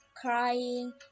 crying